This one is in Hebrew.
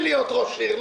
שכיהן